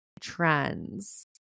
trends